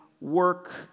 work